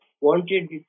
wanted